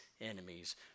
enemies